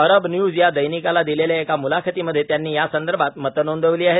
अरब News या दैनिकाला दिलेल्या एका मुलाखतीमध्ये त्यांनी यासंदर्भात मतं नोंदवली आहेत